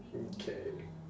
okay